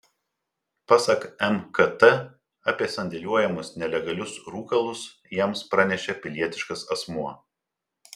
pasak mkt apie sandėliuojamus nelegalius rūkalus jiems pranešė pilietiškas asmuo